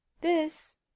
This